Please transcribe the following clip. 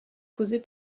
causée